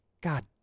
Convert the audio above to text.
god